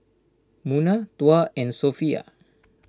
Munah Tuah and Sofea